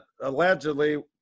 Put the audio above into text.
allegedly